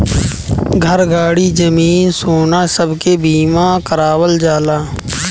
घर, गाड़ी, जमीन, सोना सब के बीमा करावल जाला